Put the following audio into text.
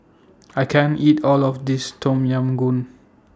I can't eat All of This Tom Yam Goong